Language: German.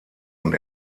und